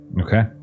Okay